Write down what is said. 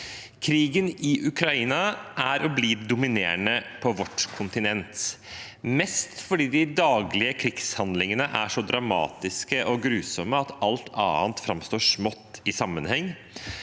Krigen i Ukraina er og blir dominerende på vårt kontinent, mest fordi de daglige krigshandlingene er så dramatiske og grusomme at alt annet framstår smått i sammenligning,